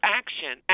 action